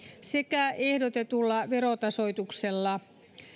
sekä ehdotetulla verotasoituksella